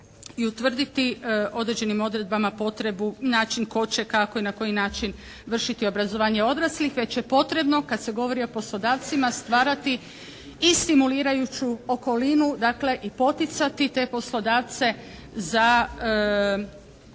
i utvrditi određenim odredbama potrebu, način tko će, kako i na koji način vršiti obrazovanje odraslih već je potrebno kad se govori o poslodavcima stvarati i simulirajuću okolinu, dakle i poticati te poslodavce za